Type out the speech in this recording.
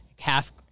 half